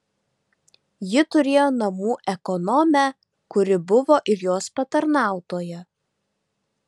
ji turėjo namų ekonomę kuri buvo ir jos patarnautoja